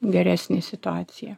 geresnė situacija